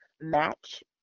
match